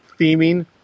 theming